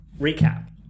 recap